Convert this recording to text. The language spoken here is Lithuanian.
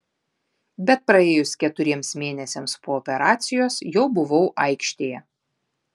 bet praėjus keturiems mėnesiams po operacijos jau buvau aikštėje